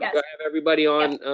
i have everybody on?